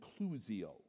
inclusio